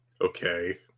Okay